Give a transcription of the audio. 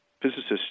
Physicists